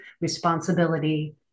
responsibility